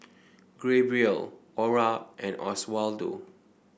Gabriel Ora and Oswaldo